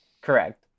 Correct